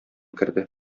керде